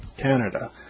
Canada